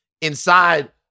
inside